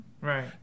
Right